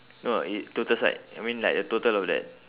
no it total side I mean like a total of that